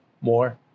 more